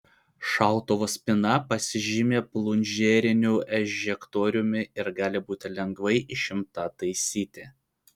šautuvo spyna pasižymi plunžeriniu ežektoriumi ir gali būti lengvai išimta taisyti